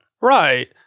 Right